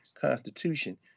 Constitution